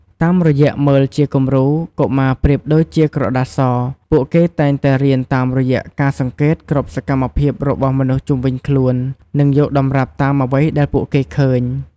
តាមរយៈមើលជាគំរូ កុមារប្រៀបដូចជាក្រដាសស ពួកគេតែងតែរៀនតាមរយៈការសង្កេតគ្រប់សកម្មភាពរបស់មនុស្សជុំវិញខ្លួន និងយកតម្រាប់តាមអ្វីដែលពួកគេឃើញ។